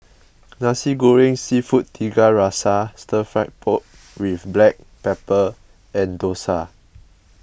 Nasi Goreng Seafood Tiga Rasa Stir Fry Pork with Black Pepper and Dosa